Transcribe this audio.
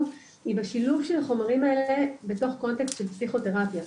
היא בשילוב של החומרים האלה בתוך קונטקסט של פסיכותרפיה.